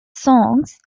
songs